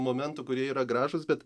momentų kurie yra gražūs bet